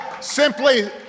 simply